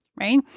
right